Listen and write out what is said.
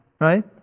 right